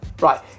Right